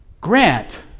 grant